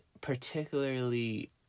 particularly